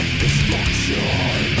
destruction